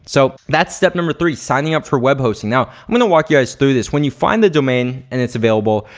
so, that's step number three, signing up for web hosting. now, i'm gonna walk you guys through this. when you find the domain and it's available,